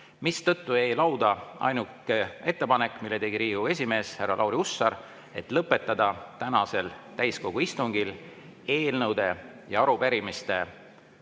Seetõttu jäi lauda ainuke ettepanek, mille tegi Riigikogu esimees härra Lauri Hussar, lõpetada tänasel täiskogu istungil eelnõude ja arupärimiste